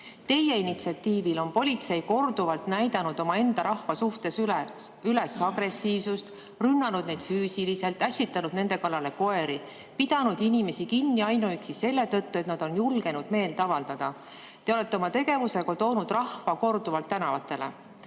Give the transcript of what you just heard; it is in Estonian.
Teie initsiatiivil on politsei korduvalt näidanud omaenda rahva suhtes üles agressiivsust, rünnanud neid füüsiliselt, ässitanud nende kallale koeri, pidanud inimesi kinni ainuüksi selle tõttu, et nad on julgenud meelt avaldada. Te olete oma tegevusega toonud rahva korduvalt tänavatele.